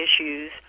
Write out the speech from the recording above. issues